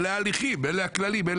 אלה ההליכים, אלה הכללים.